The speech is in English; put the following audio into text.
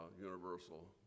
universal